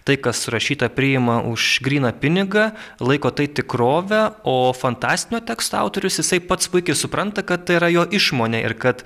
tai kas surašyta priima už gryną pinigą laiko tai tikrove o fantastinio teksto autorius jisai pats puikiai supranta kad tai yra jo išmonė ir kad